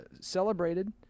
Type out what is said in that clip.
celebrated